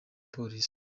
polisi